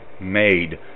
made